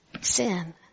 sin